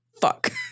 fuck